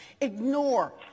ignore